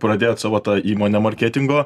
pradėjot savo tą įmonę marketingo